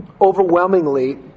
overwhelmingly